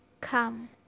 come